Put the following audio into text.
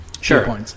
Sure